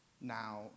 now